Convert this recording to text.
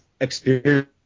experience